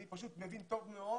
אני פשוט מבין טוב מאוד